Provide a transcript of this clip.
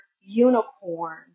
unicorn